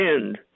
end